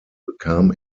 bekam